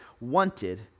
wanted